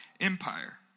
empire